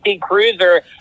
cruiser